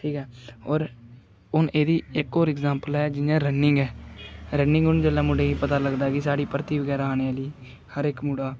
ठीक ऐ होर हून एह्दी इक होर एग्जांपल ऐ जि'यां रनिंग ऐ रनिंग हून जेल्लै मुड़ें ई पता लगदा कि साढ़ी भर्थी बगैरा आने आह्ली हर इक मुड़ा